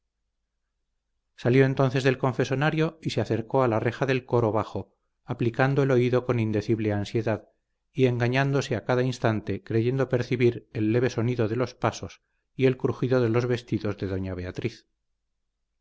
salió entonces del confesonario y se acercó a la reja del coro bajo aplicando el oído con indecible ansiedad y engañándose a cada instante creyendo percibir el leve sonido de los pasos y el crujido de los vestidos de doña beatriz